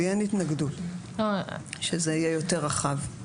לי אין התנגדות שזה יהיה יותר רחב.